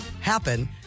happen